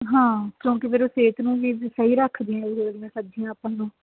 ਹਾਂ ਕਿਉਂਕਿ ਫਿਰ ਉਹ ਸਿਹਤ ਨੂੰ ਵੀ ਸਹੀ ਰੱਖਦੀਆਂ ਸਬਜ਼ੀਆਂ ਆਪਾਂ ਨੂੰ